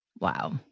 Wow